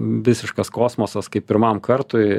visiškas kosmosas kaip pirmam kartui